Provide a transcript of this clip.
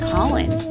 Colin